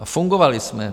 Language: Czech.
A fungovali jsme.